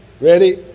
Ready